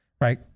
Right